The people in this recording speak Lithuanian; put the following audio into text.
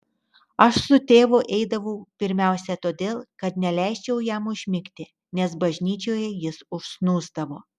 aš su tėvu eidavau pirmiausia todėl kad neleisčiau jam užmigti nes bažnyčioje jis užsnūsdavo